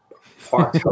far